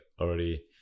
already